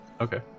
okay